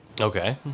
Okay